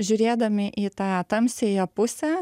žiūrėdami į tą tamsiąją pusę